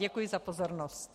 Děkuji za pozornost.